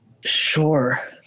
Sure